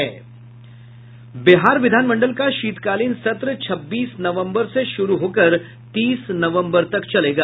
बिहार विधानमंडल का शीतकालीन सत्र छब्बीस नवम्बर से शुरू होकर तीस नवम्बर तक चलेगा